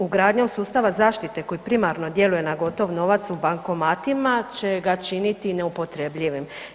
Ugradnjom sustava zaštite koji primarno djeluje na gotov novac u bankomatima će ga činiti neupotrebljivim.